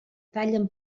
tallen